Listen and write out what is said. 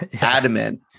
adamant